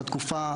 בתקופה,